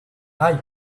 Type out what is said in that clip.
aïe